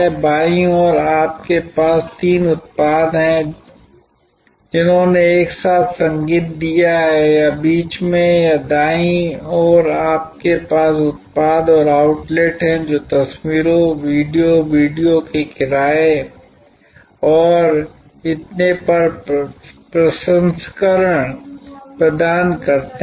बाईं ओर आपके पास तीन उत्पाद हैं जिन्होंने एक साथ संगीत दिया है या बीच में या दाईं ओर आपके पास उत्पाद और आउटलेट हैं जो तस्वीरों वीडियो वीडियो के किराये और इतने पर प्रसंस्करण प्रदान करते हैं